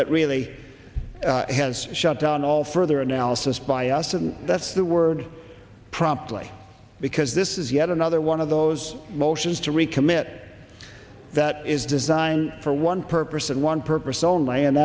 that really has shut down all further analysis by us and that's the word promptly because this is yet another way one of those motions to recommit that is designed for one purpose and one purpose only and